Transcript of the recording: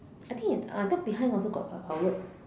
I think it I thought behind also got a outlet